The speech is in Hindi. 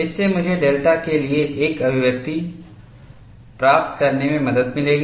इससे मुझे डेल्टा के लिए एक अभिव्यक्ति प्राप्त करने में मदद मिलेगी